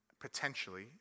potentially